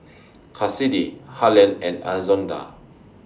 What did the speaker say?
Cassidy Harland and Alonza